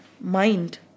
mind